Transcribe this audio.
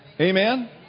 Amen